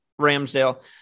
Ramsdale